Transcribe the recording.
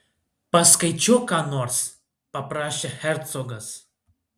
paskaičiuok ką nors paprašė hercogas